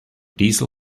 diesel